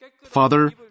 Father